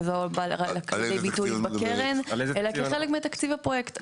וזה לא בא לידי ביטוי בקרן אלא כחלק מתקציב הפרויקט.